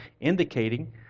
indicating